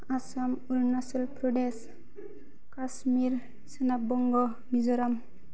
आसाम अरुनाचल प्रदेश काशमीर सोनाब बंग' मिज'राम